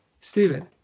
Stephen